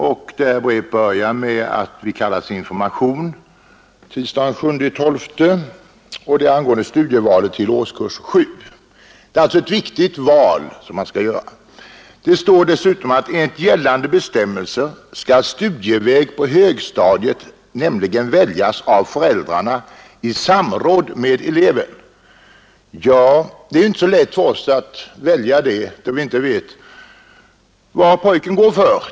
Vi kallades genom detta brev till information tisdagen den 7 december angående studievalet i årskurs 7. Det är alltså ett viktigt val som skall göras. I brevet heter det att enligt gällande bestämmelser skall studieväg på högstadiet väljas av föräldrarna i samråd med eleven. Ja, det är inte så lätt för oss föräldrar att välja, eftersom vi inte vet vad pojken går för.